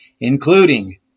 including